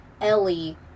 Ellie